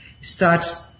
starts